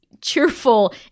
cheerful